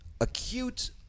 acute